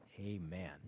Amen